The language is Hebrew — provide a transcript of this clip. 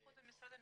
קודם משרד המשפטים,